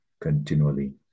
continually